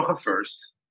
first